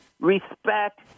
respect